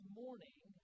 morning